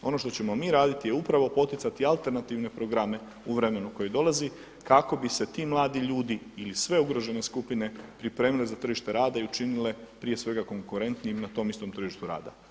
Ono što ćemo mi raditi je upravo poticati alternativne programe u vremenu koje dolazi kako bi se ti mladi ljudi ili sve ugrožene skupine pripremile za tržište rada i učinile prije svega konkurentnijim na tom istom tržištu rada.